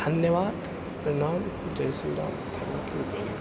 धन्यबाद प्रणाम जय श्री राम थेन्क्यू वेलकम